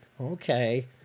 okay